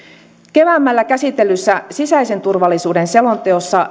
keväämmällä käsitellyssä sisäisen turvallisuuden selonteossa